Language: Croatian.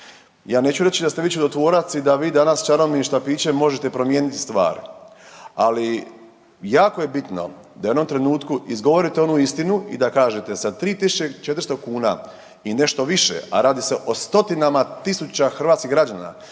Ja neću reći da ste vi čudotvorac i da vi danas čarobnim štapićem možete promijeniti stvari, ali jako je bitno da u jednom trenutku izgovorite onu istinu i da kažete sa 3.400 kuna i nešto više, a radi se o stotinama tisuća hrvatskih građana,